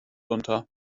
unter